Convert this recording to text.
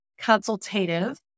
consultative